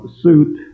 suit